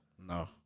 No